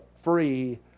free